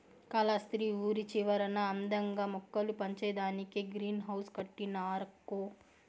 కాలస్త్రి ఊరి చివరన అందంగా మొక్కలు పెంచేదానికే గ్రీన్ హౌస్ కట్టినారక్కో